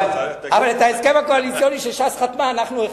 אבל את ההסכם הקואליציוני שש"ס חתמה אנחנו הכנו.